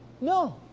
No